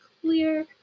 clear